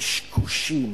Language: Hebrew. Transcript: קשקושים.